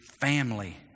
family